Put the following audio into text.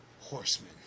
horsemen